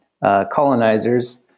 Colonizers